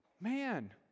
Man